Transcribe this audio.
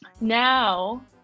Now